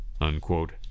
unquote